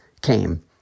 came